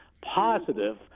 positive